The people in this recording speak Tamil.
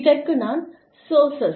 இதற்கு நான் சோர்சஸ்